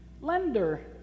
lender